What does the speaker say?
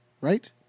Right